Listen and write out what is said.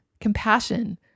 compassion